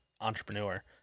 entrepreneur